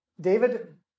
David